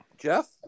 Jeff